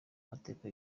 mateka